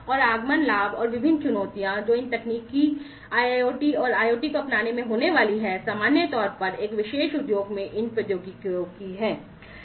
और आगमन लाभ और विभिन्न चुनौतियां जो इन तकनीकों IIoT और IoT को अपनाने में होने वाली हैं सामान्य तौर पर एक विशेष उद्योग में इन प्रौद्योगिकियों को अपनाने में